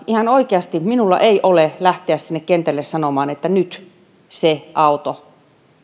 ihan oikeasti minulla ei ole sitä mahtikäskyä lähteä sinne kentälle sanomaan että nyt se auto